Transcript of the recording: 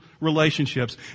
relationships